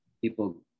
people